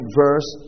verse